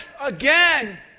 again